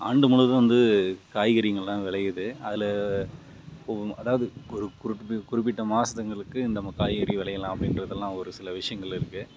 ஆண்டு முழுவதும் வந்து காய்கறிங்கள்லாம் விளையிது அதில் அதாவது ஒரு குறிப்பிட்ட குறிப்பிட்ட மாதத்துங்களுக்கு இந்த காய்கறி விளையலாம் அப்படின்றதுலாம் ஒரு சில விஷயங்கள் இருக்குது